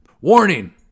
WARNING